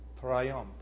triumph